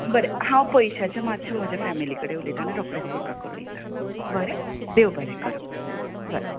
बरें हांव पयशांचे मातशें म्हजे फेमेली कडेन उलयतां आनी रोखडेंच तुमकां कळयतां बरें देव बरें करूं हय